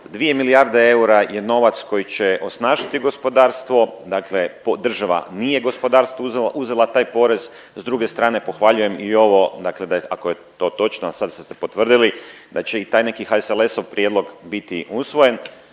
2 milijarde eura je novac koji će osnažiti gospodarstvo, dakle država nije gospodarstvu uzela taj porez. S druge strane pohvaljujem i ovo dakle da ako je to točno, a sada ste se potvrdili da će i tajnik i HSLS-ov biti usvojen.